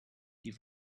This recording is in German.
die